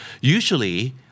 usually